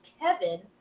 Kevin